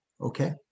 okay